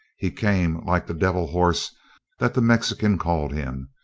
he came like the devil-horse that the mexican called him,